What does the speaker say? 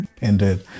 Indeed